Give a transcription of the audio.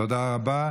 תודה רבה.